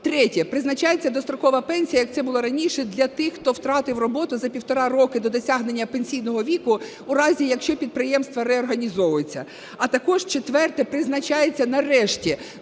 Третє. Призначається дострокова пенсія, як це було раніше, для тих, хто втратив роботу за півтора року до досягнення пенсійного віку у разі, якщо підприємство реорганізовується. А також четверте. Призначається нарешті